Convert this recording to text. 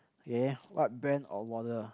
ya what brand of wallet